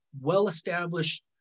well-established